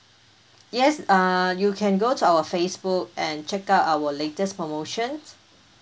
yes uh you can go to our Facebook and check out our latest promotion